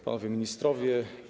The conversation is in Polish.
Panowie Ministrowie!